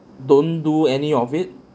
don't do any of it